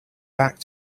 back